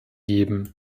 geben